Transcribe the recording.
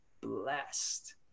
blessed